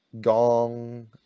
Gong